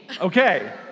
Okay